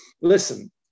Listen